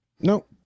Nope